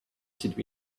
seemed